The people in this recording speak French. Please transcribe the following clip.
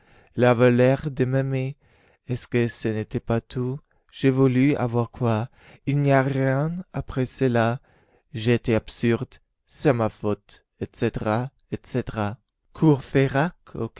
avait l'air de m'aimer est-ce que ce n'était pas tout j'ai voulu avoir quoi il n'y a rien après cela j'ai été absurde c'est ma faute etc etc